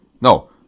No